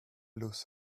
lose